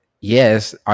yes